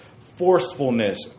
forcefulness